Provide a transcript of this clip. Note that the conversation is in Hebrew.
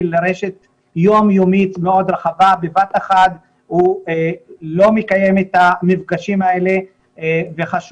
לרשת יום יומית מאוד רחבה ובבת אחת הוא לא מקיים את המפגשים האלה וחשוב